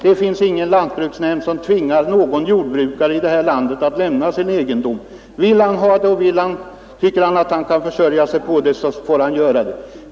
Det finns ingen lantbruksnämnd här i landet som tvingar en jordbrukare att lämna ifrån sig sin egendom. Om han vill ha den kvar, och om han tycker att han kan försörja sig på den, så får han göra det.